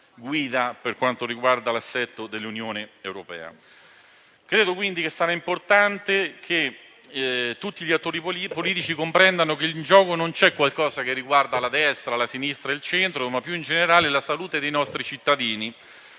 guida per quanto riguarda l'assetto dell'Unione europea. Credo che sarà importante che tutti gli attori politici comprendano che in gioco non c'è qualcosa che riguarda la destra, la sinistra o il centro, ma più in generale la salute dei nostri cittadini.